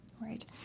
Right